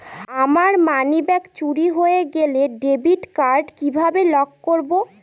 আমার মানিব্যাগ চুরি হয়ে গেলে ডেবিট কার্ড কিভাবে লক করব?